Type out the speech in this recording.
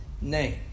name